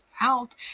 out